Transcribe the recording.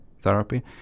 therapy